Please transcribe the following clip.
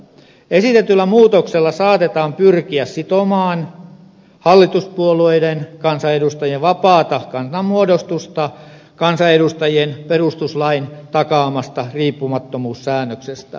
esitetyllä muutoksella saatetaan pyrkiä sitomaan hallituspuolueiden kansanedustajien vapaata kannanmuodostusta kansanedustajien perustuslain takaamasta riippumattomuussäännöksestä huolimatta